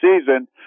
season